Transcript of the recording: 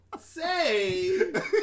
say